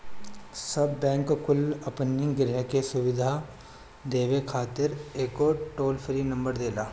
सब बैंक कुल अपनी ग्राहक के सुविधा देवे खातिर एगो टोल फ्री नंबर देला